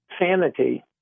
sanity